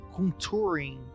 contouring